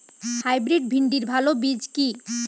Hybrid ভিন্ডির ভালো বীজ কি?